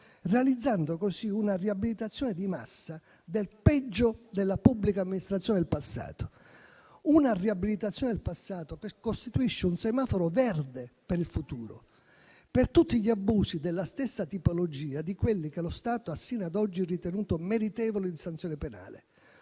realizzando così una riabilitazione di massa del peggio della pubblica amministrazione del passato; una riabilitazione del passato che costituisce un semaforo verde per il futuro per tutti gli abusi della stessa tipologia di quelli che lo Stato ha sino ad oggi ritenuto meritevoli di sanzione penale;